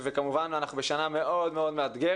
כמובן שאנחנו נמצאים בשנה מאוד מאוד מאתגרת.